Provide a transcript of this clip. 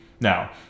Now